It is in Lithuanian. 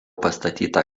pastatyta